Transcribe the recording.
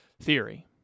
theory